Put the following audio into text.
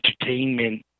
entertainment